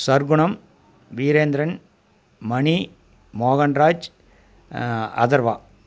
Sargunam Veerendran Mani Mohanraj Atharva